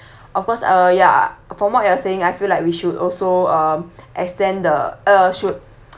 of course uh ya from what you are saying I feel like we should um also extend the uh should